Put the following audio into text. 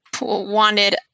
wanted